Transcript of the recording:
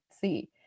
see